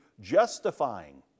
justifying